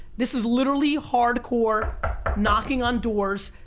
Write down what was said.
this is literally hardcore knocking on doors,